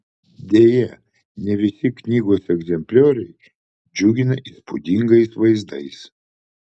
deja ne visi knygos egzemplioriai džiugina įspūdingais vaizdais